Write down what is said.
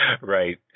Right